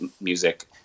music